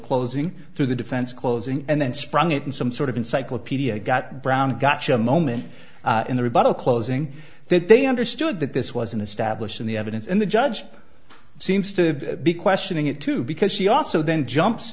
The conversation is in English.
closing for the defense closing and then sprung it in some sort of encyclopedia got brown gotcha moment in the rebuttal closing that they understood that this was in establishing the evidence and the judge seems to be questioning it too because she also then jumps